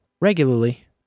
regularly